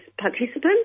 participants